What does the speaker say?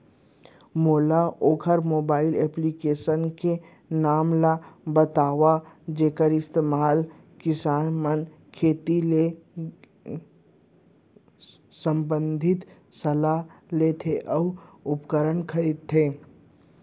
मोला वोकर mobile application के नाम ल बतावव जेखर इस्तेमाल किसान मन खेती ले संबंधित सलाह लेथे अऊ उपकरण खरीदथे?